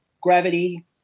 Gravity